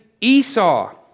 Esau